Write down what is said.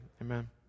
amen